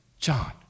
John